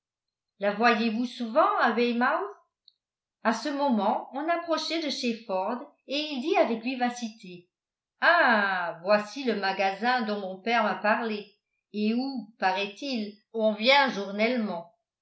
la voyiez vous souvent à weymouth à ce moment on approchait de chez ford et il dit avec vivacité ah voici le magasin dont mon père m'a parlé et où paraît-il on vient journellement